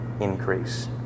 increase